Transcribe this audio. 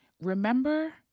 Remember